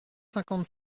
cinquante